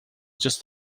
just